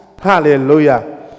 Hallelujah